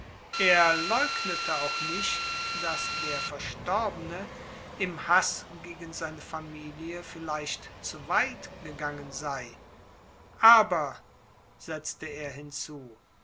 er leugnete auch nicht daß der verstorbene im haß gegen seine familie vielleicht zu weit gegangen sei aber setzte er hinzu